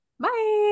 Bye